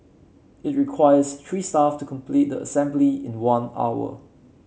it requires three staff to complete the assembly in one hour